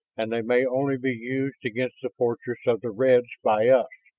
and they may only be used against the fortress of the reds by us,